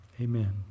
Amen